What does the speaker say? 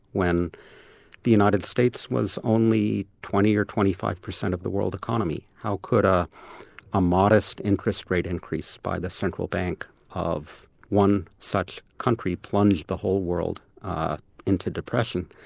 when the united states was only twenty percent or twenty five percent of the world economy. how could a ah modest interest rate increase by the central bank of one such country, plunge the whole world into depression?